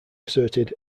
asserted